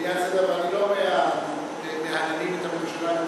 ואני לא מהמהללים את הממשלה,